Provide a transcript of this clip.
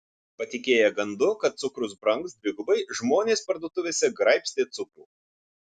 patikėję gandu kad cukrus brangs dvigubai žmonės parduotuvėse graibstė cukrų